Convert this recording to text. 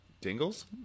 Dingles